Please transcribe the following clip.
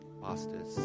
masters